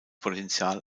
potenzial